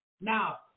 Now